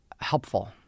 helpful